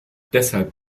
deshalb